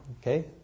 Okay